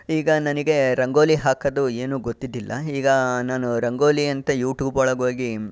ಈಗ ನನಗೆ ರಂಗೋಲಿ ಹಾಕೋದು ಏನು ಗೊತ್ತಿದ್ದಿಲ್ಲ ಈಗ ನಾನು ರಂಗೋಲಿ ಅಂತ ಯೂ ಟ್ಯೂಬ್ ಒಳಗೋಗಿ